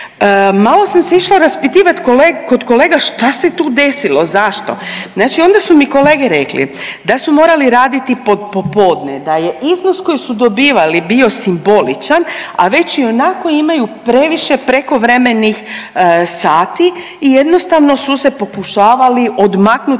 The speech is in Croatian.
Malo sam se išla raspitivat kod kolega šta se tu desilo, zašto, znači onda su mi kolege rekli da su morali raditi popodne, da je iznos koji su dobivali bio simboličan, a već ionako imaju previše prekovremenih sati i jednostavno su se pokušavali odmaknuti